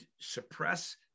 suppress